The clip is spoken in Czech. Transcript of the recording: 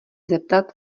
zeptat